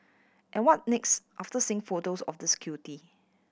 and what next after seeing photos of this cutie